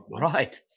Right